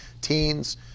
teens